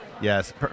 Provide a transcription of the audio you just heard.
Yes